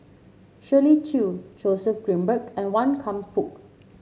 Shirley Chew Joseph Grimberg and Wan Kam Fook